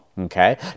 okay